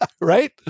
Right